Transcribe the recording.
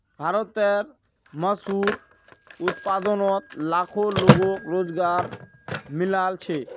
भारतेर मशहूर उत्पादनोत लाखों लोगोक रोज़गार मिलाल छे